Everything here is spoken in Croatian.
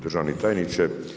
Državni tajniče.